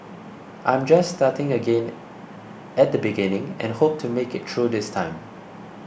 I am just starting again at the beginning and hope to make it through this time